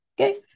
Okay